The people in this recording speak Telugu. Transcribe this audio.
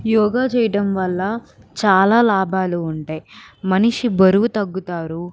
యోగా చేయడం వల్ల చాలా లాభాలు ఉంటాయి మనిషి బరువు తగ్గుతారు